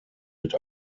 mit